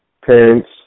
Parents